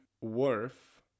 worth